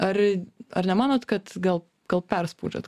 ar ar nemanot kad gal gal perspaudžiat